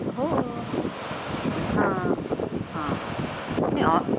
हो हां हां नाही ऑ